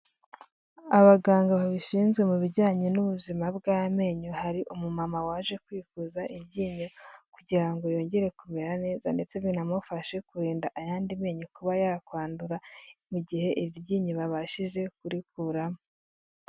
Abaganga babishinzwe mu bijyanye n'ubuzima bw'amenyo, hari umumama waje kwivuza iryinyo kugira ngo yongere kumera neza ndetse binamufashe kurinda ayandi menyo kuba yakwandura, mu gihe iri ryinyo babashije kurikuramo.